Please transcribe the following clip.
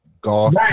golf